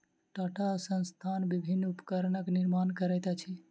टाटा संस्थान विभिन्न उपकरणक निर्माण करैत अछि